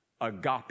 agape